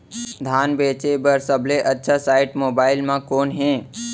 धान बेचे बर सबले अच्छा साइट मोबाइल म कोन हे?